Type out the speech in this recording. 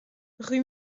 rue